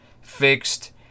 fixed